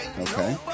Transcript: Okay